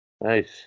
Nice